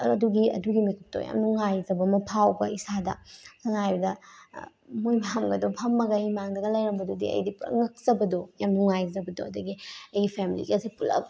ꯑꯗꯨꯒꯤ ꯅꯨꯃꯤꯠꯇꯣ ꯌꯥꯝ ꯅꯨꯡꯉꯥꯏꯖꯕ ꯑꯃ ꯐꯥꯎꯕ ꯏꯁꯥꯗ ꯁꯝꯅ ꯍꯥꯏꯔꯕꯗ ꯃꯣꯏ ꯃꯌꯥꯝꯒꯗꯣ ꯐꯝꯃꯒ ꯑꯩ ꯏꯃꯥꯡꯗꯒ ꯂꯩꯔꯝꯕꯗꯨꯗꯤ ꯑꯩꯗꯤ ꯄꯨꯔꯥ ꯉꯛꯆꯕꯗꯣ ꯌꯥꯝ ꯅꯨꯡꯉꯥꯏꯖꯕꯗꯣ ꯑꯗꯒꯤ ꯑꯩꯒꯤ ꯐꯦꯃꯤꯂꯤꯒꯁꯦ ꯄꯨꯂꯞ